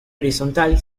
horizontal